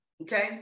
okay